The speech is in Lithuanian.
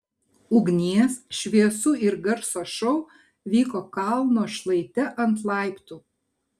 ugnies šviesų ir garso šou vyko kalno šlaite ir ant laiptų